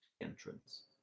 Entrance